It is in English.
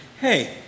hey